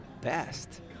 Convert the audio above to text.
best